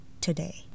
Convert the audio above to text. today